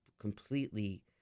completely